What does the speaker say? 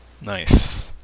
Nice